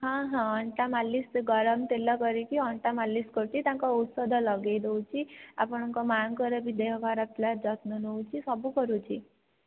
ହଁ ହଁ ଅଣ୍ଟା ମାଲିସ ଗରମତେଲ କରିକି ଅଣ୍ଟା ମାଲିସ କରୁଛି ତାଙ୍କ ଔଷଧ ଲଗାଇଦେଉଛି ଆପଣଙ୍କ ମାଙ୍କର ବି ଦେହ ଖରାପଥିଲା ଯତ୍ନ ନେଉଛି ସବୁ କରୁଛି